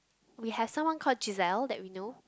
we have someone called Giselle that we know